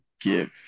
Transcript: give